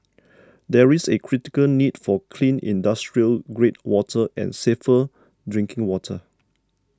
there is a critical need for clean industrial grade water and safer drinking water